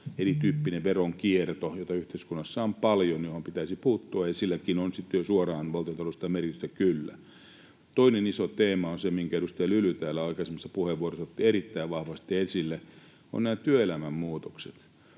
erityyppinen veronkierto, jota yhteiskunnassa on paljon ja johon pitäisi puuttua, ja silläkin on sitten jo suoraan valtiontaloudellista merkitystä kyllä. Toinen iso teema on se, minkä edustaja Lyly täällä aikaisemmassa puheenvuorossa otti erittäin vahvasti esille, eli nämä työelämän muutokset